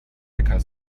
hacker